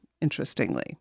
interestingly